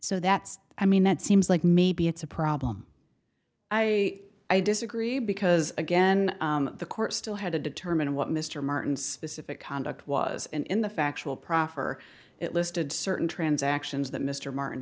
so that's i mean that seems like maybe it's a problem i i disagree because again the court still had to determine what mr martin specific conduct was and in the factual proffer it listed certain transactions that mr martin